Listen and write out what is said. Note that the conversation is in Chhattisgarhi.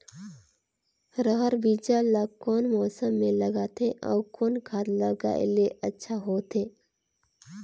रहर बीजा ला कौन मौसम मे लगाथे अउ कौन खाद लगायेले अच्छा होथे?